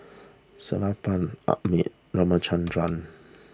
Sellapan Amit Ramchundra